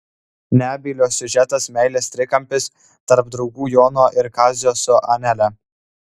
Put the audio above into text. nebylio siužetas meilės trikampis tarp draugų jono ir kazio su anele